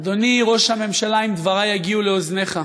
אדוני ראש הממשלה, אם דברי יגיעו לאוזניך,